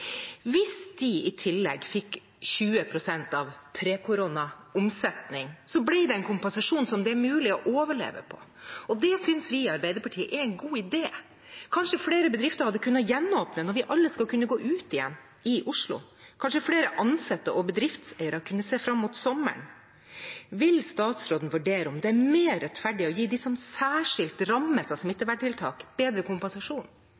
Hvis de i tillegg fikk 20 pst. av omsetningen pre-korona, ville det bli en kompensasjon det er mulig å overleve på. Det synes vi i Arbeiderpartiet er en god idé. Kanskje flere bedrifter hadde kunnet gjenåpne når vi alle skal kunne gå ut igjen i Oslo? Kanskje flere ansatte og bedriftseiere kunne se fram mot sommeren? Vil statsråden vurdere om det er mer rettferdig å gi de som særskilt rammes av smitteverntiltak, bedre kompensasjon?